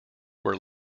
were